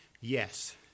Yes